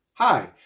Hi